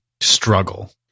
struggle